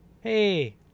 Hey